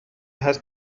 هست